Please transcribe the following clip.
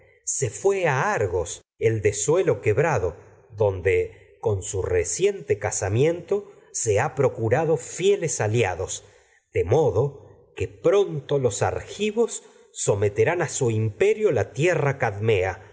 se fué a argos el de suelo quebrado donde alia con su reciente casamiento se ha procurado fieles dos de modo que pronto los argivos someterán a su imperio ria la tierra cadmea